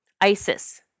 Isis